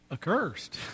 Accursed